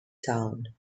town